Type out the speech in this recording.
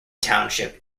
township